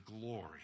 glory